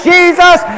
Jesus